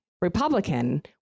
Republican